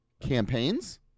campaigns